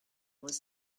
was